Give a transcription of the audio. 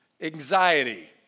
Anxiety